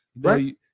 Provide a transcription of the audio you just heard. Right